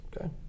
Okay